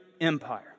empire